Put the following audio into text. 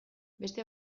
beste